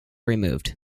removed